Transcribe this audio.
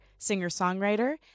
singer-songwriter